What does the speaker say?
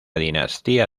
dinastía